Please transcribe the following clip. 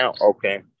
Okay